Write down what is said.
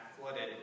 flooded